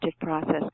process